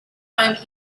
time